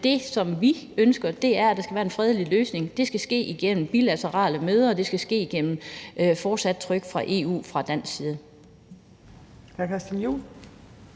Det, som vi ønsker, er, at der skal være en fredelig løsning. Det skal ske igennem bilaterale møder, og det skal ske igennem fortsat pres fra EU og fra dansk side.